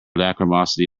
lachrymosity